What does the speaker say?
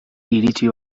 iritsi